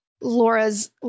Laura's